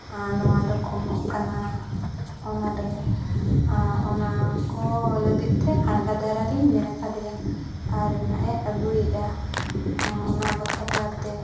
ᱱᱚᱣᱟ ᱫᱚ ᱠᱚᱢᱚᱜ ᱠᱟᱱᱟ ᱚᱱᱟ ᱞᱟᱹᱜᱤᱫ ᱚᱱᱟ ᱠᱚ ᱞᱟᱹᱜᱤᱫ ᱛᱮ ᱟᱬᱜᱟᱛ ᱫᱷᱟᱨᱟ ᱨᱤᱧ ᱢᱮᱱᱟᱠᱟᱫᱮᱭᱟ ᱟᱨ ᱱᱟᱜᱼᱮ ᱟᱹᱜᱩᱭᱮᱫᱼᱟ ᱚᱱᱟ ᱵᱟᱠᱷᱨᱟᱛᱮ